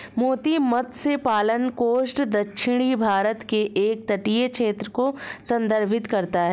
मोती मत्स्य पालन कोस्ट दक्षिणी भारत के एक तटीय क्षेत्र को संदर्भित करता है